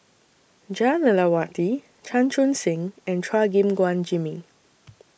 Jah Lelawati Chan Chun Sing and Chua Gim Guan Jimmy